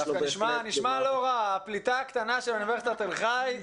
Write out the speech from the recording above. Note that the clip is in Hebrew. דווקא נשמע לא רע הפליטה הקטנה של אוניברסיטת תל חי,